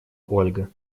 ольга